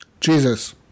Jesus